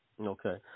Okay